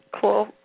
Cool